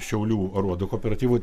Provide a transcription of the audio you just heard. šiaulių aruodo kooperatyvui